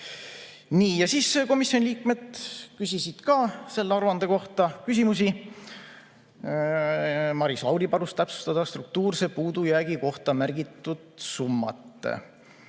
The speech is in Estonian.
eurot. Komisjoni liikmed küsisid selle aruande kohta ka küsimusi. Maris Lauri palus täpsustada struktuurse puudujäägi kohta märgitud summat.